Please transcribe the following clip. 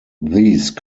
these